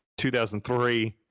2003